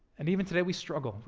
and even today, we struggle.